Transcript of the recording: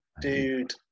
dude